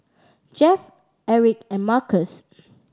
Jeff Aric and Markus